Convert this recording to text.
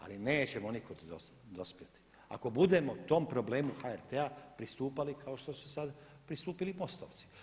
Ali nećemo nikud dospjeti, ako budemo o tom problemu HRT-a pristupali kao što su sada pristupili MOST-ovci.